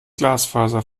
glasfaser